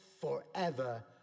forever